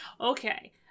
okay